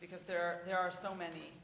because there there are so many